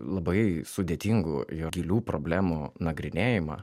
labai sudėtingų ir gilių problemų nagrinėjimą